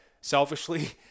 selfishly